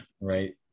right